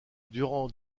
durant